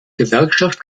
gewerkschaft